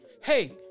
Hey